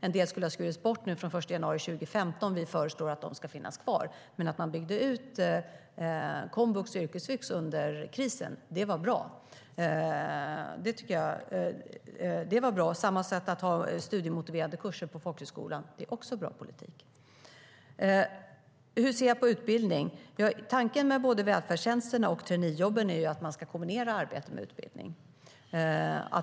En del skulle ha skurits bort från den 1 januari 2015, och vi föreslår att de ska finnas kvar. Att man byggde ut komvux och yrkesvux under krisen tycker jag var bra, på samma sätt som att det är bra politik att ha studiemotiverande kurser på folkhögskolan. Hur ser jag på utbildning? Tanken med både välfärdstjänsterna och traineejobben är att man ska kombinera arbete med utbildning.